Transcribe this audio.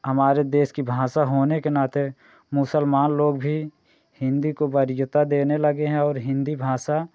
हमारे देश की भाषा होने के नाते मुसलमान लोग भी हिन्दी को वरियाता देने लगे हैं और हिन्दी भाषा